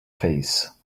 face